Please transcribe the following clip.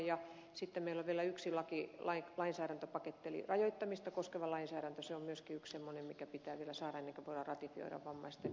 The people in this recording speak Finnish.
ja sitten meillä on vielä yksi lainsäädäntöpaketti eli rajoittamista koskeva lainsäädäntö se on myöskin yksi semmoinen mikä pitää vielä saada ennen kuin voidaan ratifioida vammaisten kansainvälinen sopimus